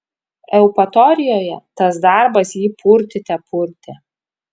eupatorijoje tas darbas jį purtyte purtė